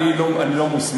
אני לא מוסמך.